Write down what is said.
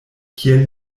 kiel